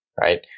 right